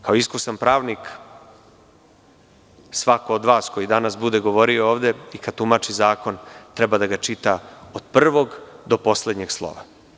Kao iskusan pravnik svako od vas koji danas bude govorio ovde i kad tumači zakon treba da ga čita od prvog do poslednjeg slova.